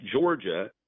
Georgia